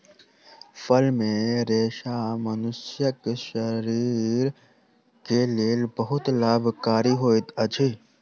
फल मे रेशा मनुष्यक शरीर के लेल बहुत लाभकारी होइत अछि